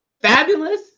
fabulous